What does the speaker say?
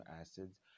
acids